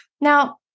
Now